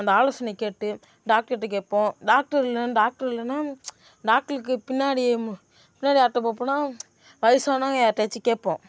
அந்த ஆலோசனைக் கேட்டு டாக்டர்கிட்ட கேட்போம் டாக்டர் இல்லை டாக்டர் இல்லைன்னா டாக்டருக்கு பின்னாடி பின்னாடி யார்கிட்ட பார்ப்போன்னா வயசானவங்கள் யார்கிட்டையாச்சிக் கேட்போம்